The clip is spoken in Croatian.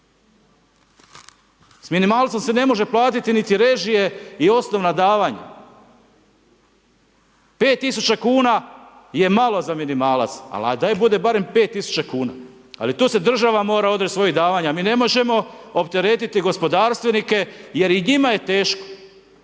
S minimalcem se ne može platiti niti režije i osnovna davanja. 5 tisuća kuna je malo za minimalac, ali ajde da barem bude 5 tisuća kuna. Ali tu se država mora odreći svojih davanja. Mi ne možemo opteretiti gospodarstvenike jer i njima je teško.